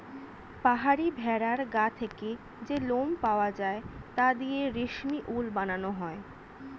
পাহাড়ি ভেড়ার গা থেকে যে লোম পাওয়া যায় তা দিয়ে রেশমি উল বানানো হয়